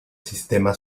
sistema